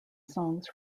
songs